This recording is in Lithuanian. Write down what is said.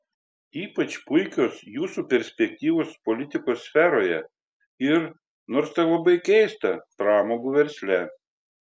ypač puikios jūsų perspektyvos politikos sferoje ir nors tai labai keista pramogų versle